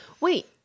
Wait